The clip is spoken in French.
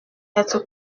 être